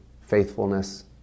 faithfulness